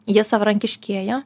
jie savarankiškėja